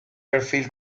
perfil